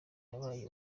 yabaye